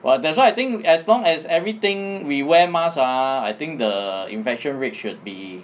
!wah! that's why I think as long as everything we wear mask ah I think the infection rate should be